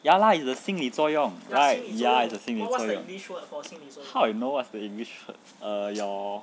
ya lah is the 心理作用 right ya is 心理作用 how I know what's the english word err your